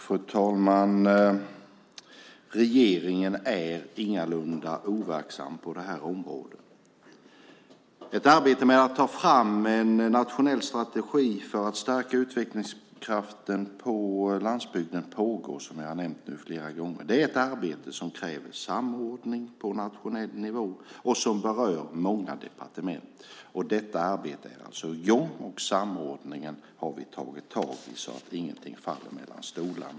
Fru talman! Regeringen är ingalunda overksam på det här området. Ett arbete med att ta fram en nationell strategi för att stärka utvecklingskraften på landsbygden pågår, som jag nämnt flera gånger. Det är ett arbete som kräver samordning på nationell nivå och som berör många departement. Detta arbete är alltså gjort, och samordningen har vi tagit tag i så att ingenting faller mellan stolarna.